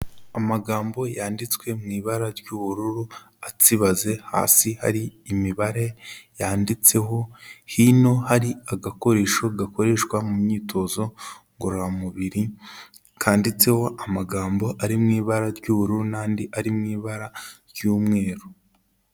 Amagambo yanditswe mu ibara ry'ubururu atsibaze hasi hari imibare yanditseho, hino hari agakoresho gakoreshwa mu myitozo ngororamubiri kanditseho amagambo ari mu ibara ry'ubururu n'andi ari mu ibara ry'umweru.